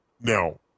Now